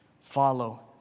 Follow